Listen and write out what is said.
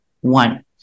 one